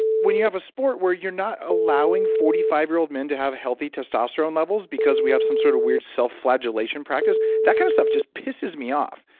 when you have a sport where you're not allowing forty five year old men to have healthy testosterone levels because we have some sort of weird self-flagellation practice, that kind of stuff just pisses me off.